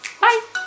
bye